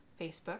Facebook